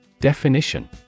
Definition